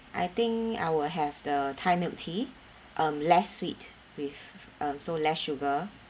I think I will have the thai milk tea um less sweet with um so less sugar